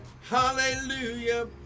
Hallelujah